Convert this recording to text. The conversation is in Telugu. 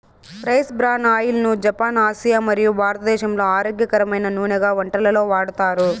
రైస్ బ్రాన్ ఆయిల్ ను జపాన్, ఆసియా మరియు భారతదేశంలో ఆరోగ్యకరమైన నూనెగా వంటలలో వాడతారు